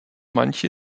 manche